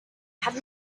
have